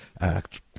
act